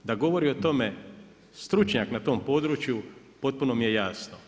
Da govori o tome stručnjak na tome području, potpuno mi je jasno.